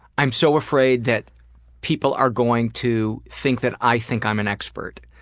i'm so afraid that people are going to think that i think i'm an expert.